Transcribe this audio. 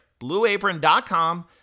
blueapron.com